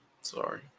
Sorry